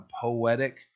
poetic